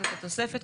התשפ"ב-2022,